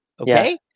Okay